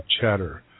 chatter